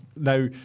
now